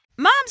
Moms